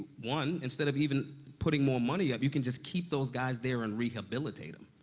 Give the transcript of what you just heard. one, instead of even putting more money up, you can just keep those guys there and rehabilitate them.